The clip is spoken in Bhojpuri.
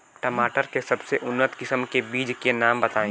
टमाटर के सबसे उन्नत किस्म के बिज के नाम बताई?